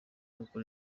iruhuko